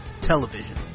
television